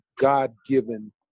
God-given